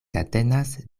katenas